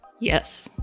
Yes